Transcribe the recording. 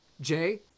Jay